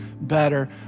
better